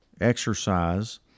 exercise